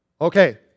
Okay